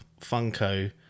Funko